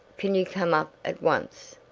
can you come up at once?